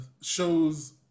shows